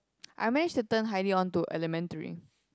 I manage to turn highly onto elementary